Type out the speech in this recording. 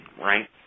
right